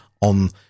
on